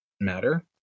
matter